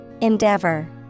Endeavor